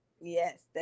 yes